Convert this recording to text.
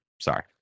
Sorry